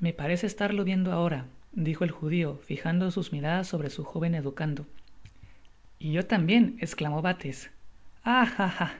me parece estarlo viendo ahora dijo el judio fijando sus miradas sobre su jovén educando y yo tambien esclamó bales ah